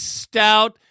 stout